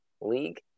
league